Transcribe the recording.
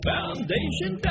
Foundation